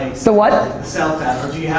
the what? self doubt.